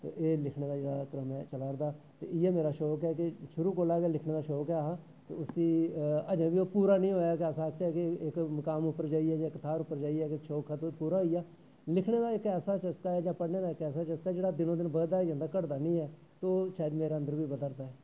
ते एह् लिखनें दा जेह्ड़ा क्रम चला दा ऐ इयै मेरा शौंक ऐ शुरु कोला दा गै मेरी लिखनें दा शौंक ऐ इसी अजैं बी एह् पूरा नी होआ ऐ कि अस आखचै कि इक मुकाम उप्पर इक थाह्र उप्पर शौंक पूरा होई गेआ लिखने दा इक ऐसा चस्का ऐ जां पढ़नें दा इक ऐसा चस्का ऐ कि जेह्ड़ा दिनो दिन बधदा गै जंदा ऐ घटदा नी ऐ एह् शायद मेरै अन्दर बी बदारदा ऐ